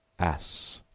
ass,